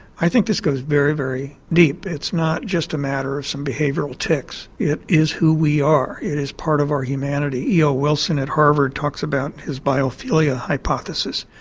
i think this goes very, very deep, it's not just a matter of some behavioural tics, it is who we are, it is part of our humanity. eo wilson at harvard talks about his biophilia hypothesis.